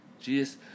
Jesus